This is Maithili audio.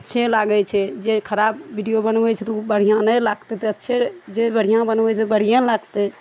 अच्छे लागै छै जे खराब बीडियो बनबै छै तऽ ओ बढ़िऑं नहि लागतै तऽ अच्छे जे बढ़िऑं बनबै छै तऽ बढ़िऑं ने लागतै